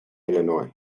illinois